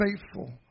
faithful